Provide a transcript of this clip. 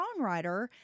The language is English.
songwriter